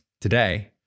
Today